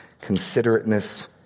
considerateness